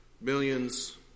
millions